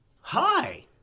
Hi